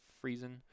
freezing